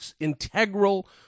integral